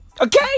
Okay